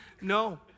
no